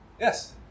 Yes